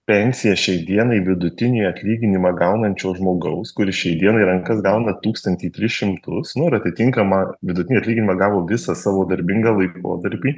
pensija šiai dienai vidutinį atlyginimą gaunančio žmogaus kuris šiai dienai į rankas gauna tūkstantį tris šimtus nu ir atitinkamą vidutinį atlyginimą gavo visą savo darbingą laikotarpį